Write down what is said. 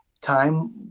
time